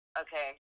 okay